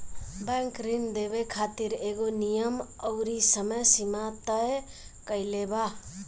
bank ऋण देवे खातिर एगो नियम अउरी समय सीमा तय कईले बा